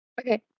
Okay